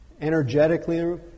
energetically